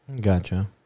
Gotcha